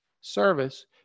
service